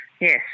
Yes